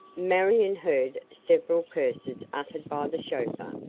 marion heard several curses uttered by the chauffeur,